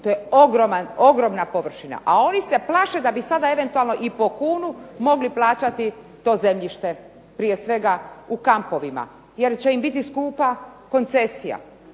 ogromna površina, a oni se plaše da bi sada eventualno i po kunu mogli plaćati to zemljište. Prije svega u kampovima jer će im biti skupa koncesija.